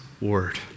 word